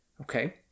Okay